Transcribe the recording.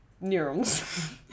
neurons